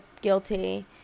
guilty